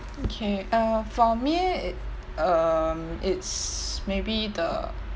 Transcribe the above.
okay uh for me it um it's maybe the